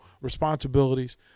responsibilities